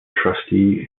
trustee